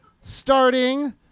starting